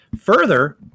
Further